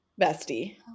bestie